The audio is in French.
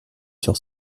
sur